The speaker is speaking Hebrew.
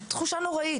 זאת תחושה נוראית,